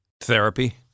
Therapy